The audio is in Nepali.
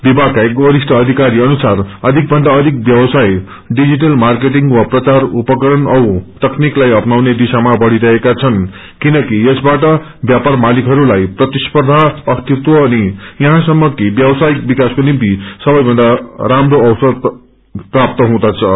विमागक्त एक वरिष्ठ अधिकारी अनुसार अघि भन्दा अधिक व्यवस्तय डिजिटल मार्केटिङ वा प्रचार उपकरण औ तकनीकलाई अप्नाउने दिशामा बढ़िरहेका छन किनकि यसबाट व्यापार मालिकहस्लाई प्रतिस्पंधा अस्तित्व अनि याहँसम्म कि व्यवसायिक विकासको निम्ति सबैभन्दा राम्रो अवसर प्रदान गर्दछन्